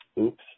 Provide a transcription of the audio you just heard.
Oops